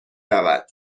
رود